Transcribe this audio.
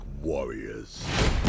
warriors